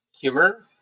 humor